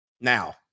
Now